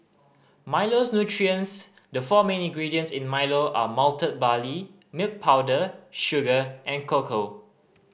Milo's nutrients the four main ingredients in Milo are malted barley milk powder sugar and cocoa